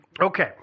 Okay